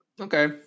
Okay